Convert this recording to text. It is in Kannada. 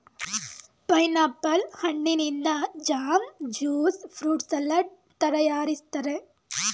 ಪೈನಾಪಲ್ ಹಣ್ಣಿನಿಂದ ಜಾಮ್, ಜ್ಯೂಸ್ ಫ್ರೂಟ್ ಸಲಡ್ ತರಯಾರಿಸ್ತರೆ